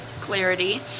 Clarity